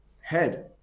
head